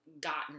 gotten